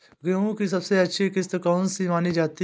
गेहूँ की सबसे अच्छी किश्त कौन सी मानी जाती है?